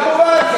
כמובן,